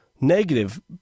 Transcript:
negative